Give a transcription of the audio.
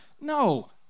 No